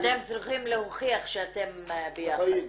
אתם צריכים להוכיח שאתם ביחד.